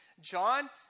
John